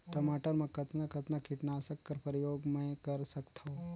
टमाटर म कतना कतना कीटनाशक कर प्रयोग मै कर सकथव?